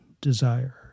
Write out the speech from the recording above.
desire